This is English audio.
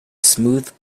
smooth